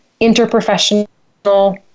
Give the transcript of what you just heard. interprofessional